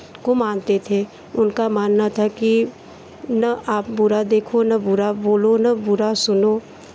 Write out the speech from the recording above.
को मानते थे उनका मानना था कि ना आप बुरा देखो ना बुरा बोलो ना बुरा सुनो